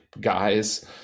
guys